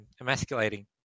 emasculating